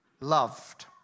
loved